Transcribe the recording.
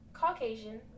Caucasian